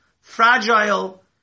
fragile